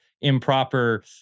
improper